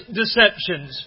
deceptions